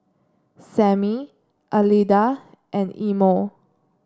Sammy Alida and Imo